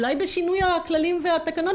אולי בשינוי הכללים והתקנון,